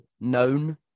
known